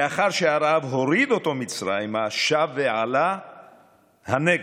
לאחר שהרעב הוריד אותו מצרימה, שב ועלה, הנגבה.